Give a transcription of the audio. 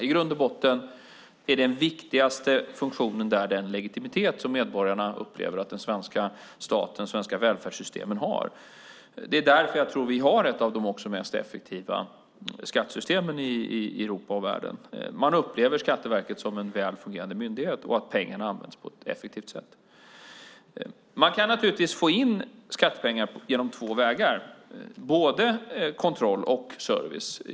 I grund och botten är den viktigaste funktionen där den legitimitet som medborgarna upplever att den svenska staten och de svenska välfärdssystemen har. Det är därför jag tror att vi har ett av de mest effektiva skattesystemen i Europa och världen. Man upplever Skatteverket som en väl fungerande myndighet och att pengarna används på ett effektivt sätt. Man kan få in skattepengar på två sätt, genom kontroll och service.